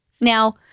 Now